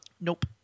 nope